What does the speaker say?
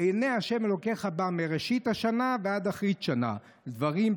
עיני ה' אלקייך בא מראשית השנה ועד אחרית שנה" דברים,